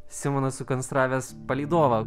simonas sukonstravęs palydovą